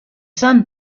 sun